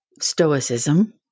stoicism